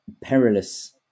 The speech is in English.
perilous